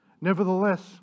Nevertheless